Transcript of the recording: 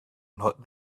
not